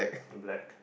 black